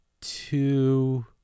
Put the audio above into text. two